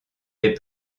des